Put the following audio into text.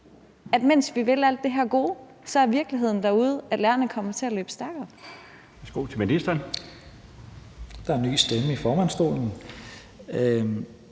at mens vi vil alt det her gode, er virkeligheden derude, at lærerne kommer til at løbe stærkere? Kl. 14:31 Den fg. formand (Bjarne